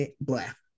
black